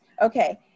Okay